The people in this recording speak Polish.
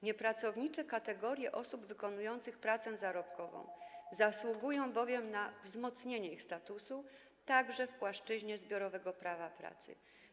Niepracownicze kategorie osób wykonujących pracę zarobkową zasługują bowiem na wzmocnienie ich statusu także w płaszczyźnie zbiorowego prawa pracy.